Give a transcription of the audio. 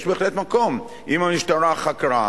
יש בהחלט מקום, אם משטרה חקרה,